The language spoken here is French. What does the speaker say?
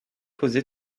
posé